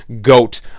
GOAT